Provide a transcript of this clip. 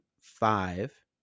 Five